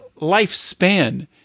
lifespan